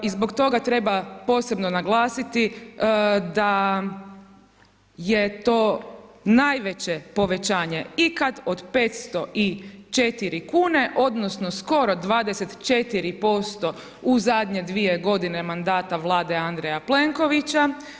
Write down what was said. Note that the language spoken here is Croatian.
I zbog toga treba posebno naglasiti da je to najveće povećanje ikad od 504 kune odnosno skoro 24% u zadnje dvije godine mandata Vlade Andreja Plenkovića.